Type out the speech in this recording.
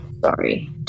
sorry